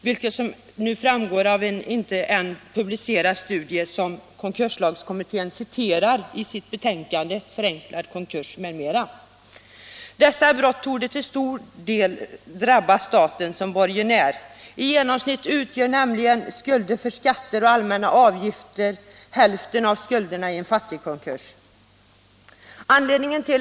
Detta framgår av en ännu inte publicerad studie som konkurslagskommittén citerar i sitt delbetänkande Förenklad konkurs m.m. Dessa brott torde till stor del drabba staten som borgenär. I genomsnitt utgör nämligen skulder för skatter och allmänna avgifter hälften av skulderna i en fattigkonkurs.